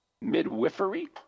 Midwifery